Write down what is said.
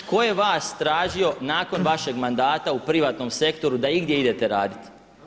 Tko je vas tražio nakon vašeg mandata u privatnom sektoru da igdje idete raditi.